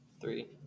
Three